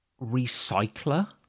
recycler